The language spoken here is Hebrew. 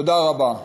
תודה רבה.